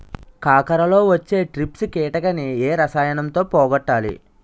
కాకరలో వచ్చే ట్రిప్స్ కిటకని ఏ రసాయనంతో పోగొట్టాలి?